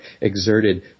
exerted